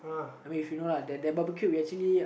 I mean if you know lah that barbecue we actually